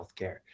healthcare